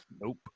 Nope